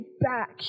back